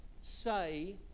say